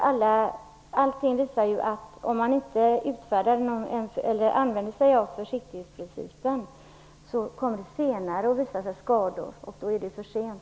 Allting visar ju att om man inte använder sig av försiktighetsprincipen kommer skador att visa sig senare, och då är det för sent.